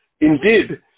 Indeed